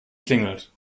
klingelt